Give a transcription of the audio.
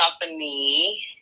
company